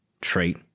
Trait